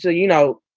so you know,